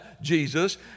Jesus